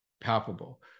palpable